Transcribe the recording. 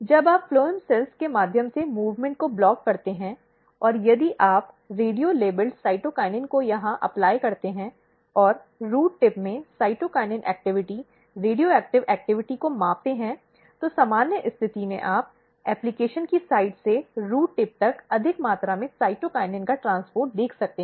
जब आप फ्लोएम कोशिकाओं के माध्यम से मूवमेंट को ब्लॉक करते हैं और यदि आप रेडियो लेबल साइटोकिनिन को यहां लागू करते हैं और रूट टिप में साइटोकिनिन गतिविधि रेडियोएक्टिव गतिविधि को मापते हैं तो सामान्य स्थिति में आप एप्लीकेशन की साइट से रूट टिप तक अधिक मात्रा में साइटोकिनिन का ट्रांसपोर्ट देख सकते हैं